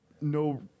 No